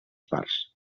parts